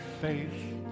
faith